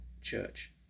church